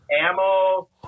ammo